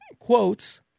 Quotes